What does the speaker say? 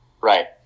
Right